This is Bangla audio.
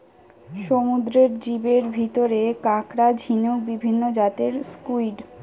সমুদ্রের জীবের ভিতরে কাকড়া, ঝিনুক, বিভিন্ন জাতের স্কুইড,